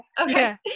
Okay